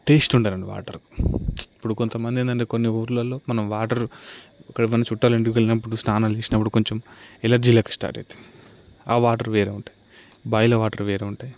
taste ఉండాలి అండి water ఇప్పుడు కొంత మంది ఏంటంటే కొన్ని ఊళ్ళల్లో మన వాటర్ ఎక్కడేవైనా మనం చూట్టాల ఇంటికి వెళ్ళినప్పుడు స్నానాలు చేసినప్పుడు కొంచెం ఎలర్జీ లెక్క స్టార్ట్ అవుతుంది ఆ వాటర్ వేరే ఉంటాయి బాయిలో వాటర్ వేర ఉంటాయి